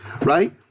right